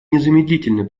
незамедлительно